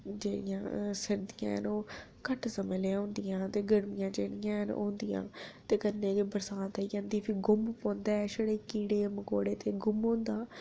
ते जेह्ड़ियां सर्दियां न ओह् घट्ट समें लेई होंदियां न ते जेह्ड़ियां होंदियां न ते जेह्ड़ियां बरसांत होंदी छड़ा गुम्म पौंदा ऐ कीड़े ंकूड़े ते गुम्म होंदा